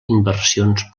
inversions